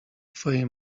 twojej